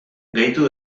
gehitu